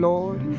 Lord